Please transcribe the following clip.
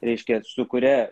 reiškia su kuria